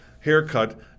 Haircut